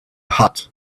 hot